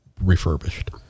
refurbished